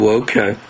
okay